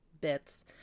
bits